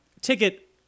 ticket